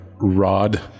rod